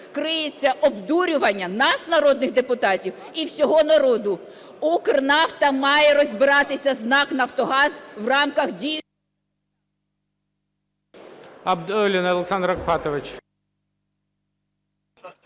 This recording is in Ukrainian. криється обдурювання нас, народних депутатів, і всього народу. "Укрнафта" має розбиратися з НАК "Нафтогаз" в рамках…